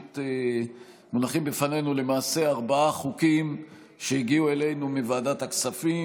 מונחים לפנינו למעשה ארבעה חוקים שהגיעו אלינו מוועדת הכספים.